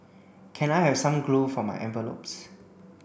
can I have some glue for my envelopes